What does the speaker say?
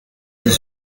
des